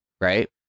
right